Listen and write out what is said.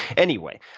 anyway,